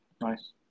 Nice